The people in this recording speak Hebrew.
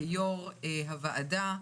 כיו"ר הוועדה,